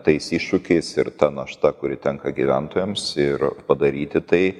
tais iššūkiais ir ta našta kuri tenka gyventojams ir padaryti tai